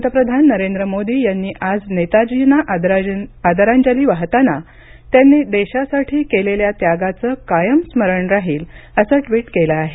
पंतप्रधान नरेंद्र मोदी यांनी आज नेताजींना आदरांजली वाहताना त्यांनी देशासाठी केलेल्या त्यागाचं कायम स्मरण राहील असं ट्वीट केलं आहे